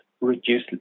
reduce